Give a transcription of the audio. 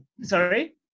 Sorry